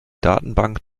datenbank